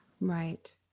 Right